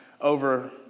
over